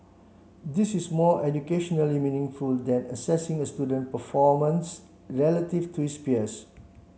this is more educationally meaningful than assessing a student performance relative to his peers